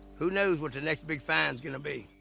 who knows what the next big find's gonna be?